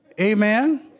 Amen